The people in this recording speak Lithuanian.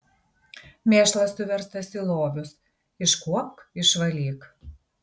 mėšlas suverstas į lovius iškuopk išvalyk